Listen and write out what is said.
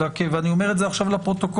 ואני אומר את זה עכשיו לפרוטוקול,